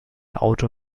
auto